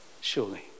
Surely